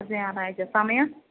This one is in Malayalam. അടുത്ത ഞായറാഴ്ച സമയം